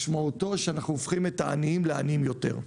משמעותו שאנחנו הופכים את העניים לעניים יותר.